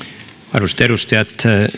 arvoisat edustajat